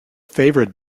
favorite